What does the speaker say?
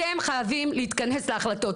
אתם חייבים להתכנס להחלטות,